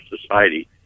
society